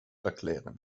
erklären